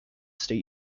state